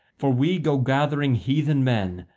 for we go gathering heathen men,